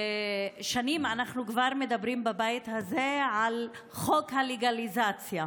שנים אנחנו כבר מדברים בבית הזה על חוק הלגליזציה.